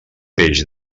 peix